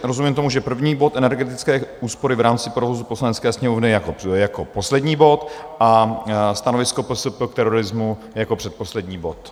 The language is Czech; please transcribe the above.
Rozumím tomu, že první bod Energetické úspory v rámci provozu Poslanecké sněmovny jako poslední bod a stanovisko PSP k terorismu jako předposlední bod.